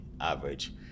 average